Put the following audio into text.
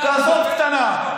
כזאת קטנה.